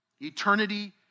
Eternity